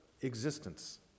existence